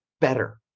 better